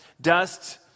Dust